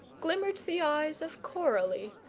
glimmered the eyes of coralie,